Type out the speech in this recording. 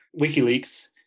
WikiLeaks